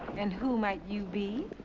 and who might you be?